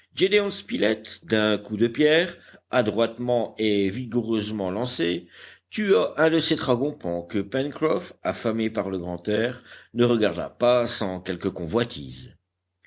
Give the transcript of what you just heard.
d'un coup de pierre adroitement et vigoureusement lancé tua un de ces tragopans que pencroff affamé par le grand air ne regarda pas sans quelque convoitise